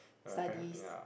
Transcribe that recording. studies